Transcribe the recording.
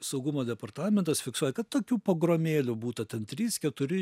saugumo departamentas fiksuoja kad tokių pogromėlių būta ten trys keturi